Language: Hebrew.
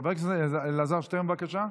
חבר הכנסת אלעזר שטרן, בבקשה.